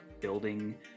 building